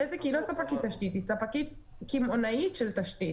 בזק היא לא ספקית תשתית אלא היא ספקית קמעונאית של תשתית